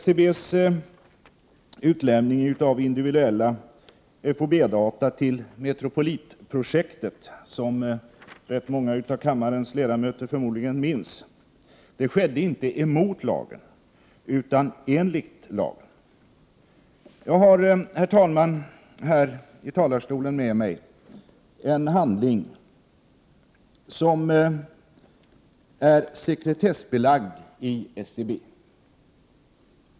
SCB:s utlämning av individuella FoB-data till Metropolitprojektet, som rätt många av kammarens ledamöter förmodligen minns, skedde inte emot lagen utan enligt lagen. Herr talman! Jag har här i talarstolen med mig en handling som är sekretessbelagd i SCB.